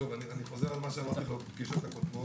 שוב, אני חוזר על מה שאמרתי בפגישות הקודמות,